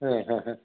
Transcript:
हां हां हां